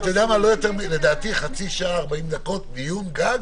לדעתי 40-30 דקות דיון, גג,